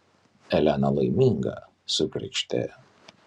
elena laiminga sukrykštė